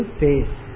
face